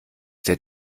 der